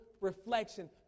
reflection